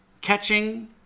Catching